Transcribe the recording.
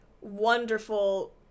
wonderful